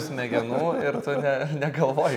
smegenų ir tu ne negalvoji